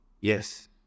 Yes